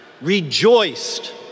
rejoiced